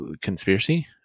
conspiracy